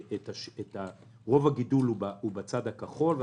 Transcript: רוב הגידול זה בצד הכחול,